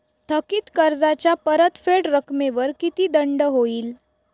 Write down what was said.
थकीत कर्जाच्या परतफेड रकमेवर किती दंड होईल?